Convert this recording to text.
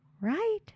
right